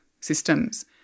systems